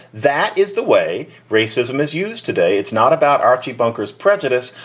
that is the way racism is used today. it's not about archie bunker's prejudice.